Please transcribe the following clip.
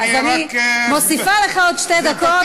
אז אני מוסיפה לך עוד שתי דקות,